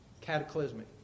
cataclysmic